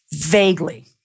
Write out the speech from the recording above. Vaguely